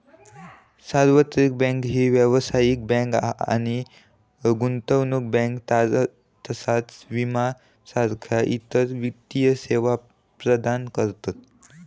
सार्वत्रिक बँक ही व्यावसायिक बँक आणि गुंतवणूक बँक तसाच विमा सारखा इतर वित्तीय सेवा प्रदान करतत